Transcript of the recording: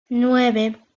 nueve